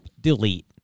delete